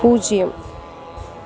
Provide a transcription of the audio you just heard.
பூஜ்ஜியம்